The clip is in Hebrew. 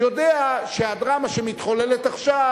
יודע שהדרמה שמתחוללת עכשיו,